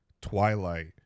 twilight